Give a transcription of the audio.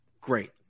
Great